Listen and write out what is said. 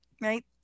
right